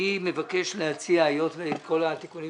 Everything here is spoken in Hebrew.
אני מבקש להציע היות וכל התיקונים